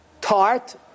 tart